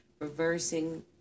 reversing